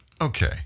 Okay